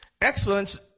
Excellence